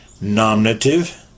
nominative